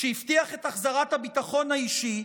שהבטיח את החזרת הביטחון האישי,